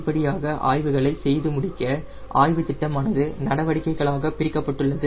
படிப்படியான ஆய்வுகளை செய்து முடிக்க ஆய்வு திட்டமானது நடவடிக்கைகளாக பிரிக்கப்பட்டுள்ளது